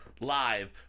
live